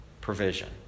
provision